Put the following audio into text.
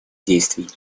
действий